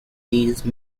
these